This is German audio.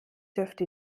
dürfte